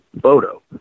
photo